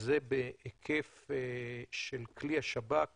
זה בהיקף של כלי השב"כ